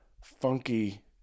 funky